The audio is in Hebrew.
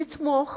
לתמוך